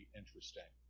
interesting